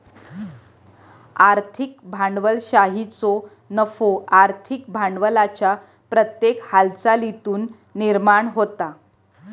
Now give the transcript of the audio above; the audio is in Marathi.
आर्थिक भांडवलशाहीचो नफो आर्थिक भांडवलाच्या प्रत्येक हालचालीतुन निर्माण होता